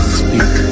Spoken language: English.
speak